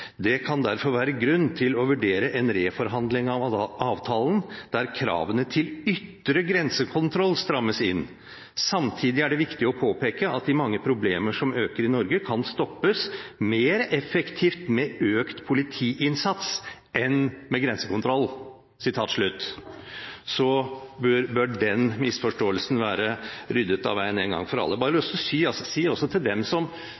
det følgende å lese: «Det kan derfor være grunn til å vurdere en reforhandling av avtalen der kravene til ytre grensekontroll strammes inn. Samtidig er det viktig å påpeke at mange av de problemer som øker i Norge, kan stoppes mer effektivt med økt politiinnsats enn med grensekontroll.» Så bør den misforståelsen være ryddet av veien en gang for alle. Jeg har lyst til å si til dem som